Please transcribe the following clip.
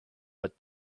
but